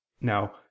Now